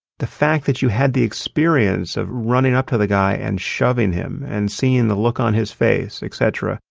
the fact that you had the experience of running up to the guy and shoving him and seeing the look on his face, etc.